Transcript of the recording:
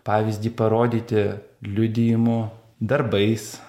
pavyzdį parodyti liudijimu darbais